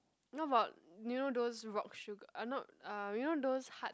you know about you know those rock sugar uh not uh you know those hard